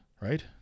right